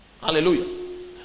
Hallelujah